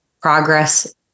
Progress